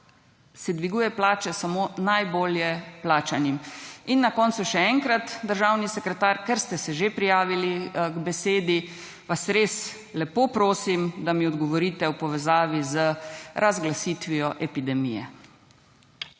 se dviguje plače samo najbolje plačanim. In na koncu še enkrat, državni sekretar, ker ste se že prijavili k besedi, vas res lepo prosim, da mi odgovorite v povezavi z razglasitvijo epidemije.